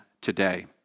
today